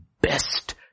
best